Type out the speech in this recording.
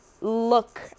look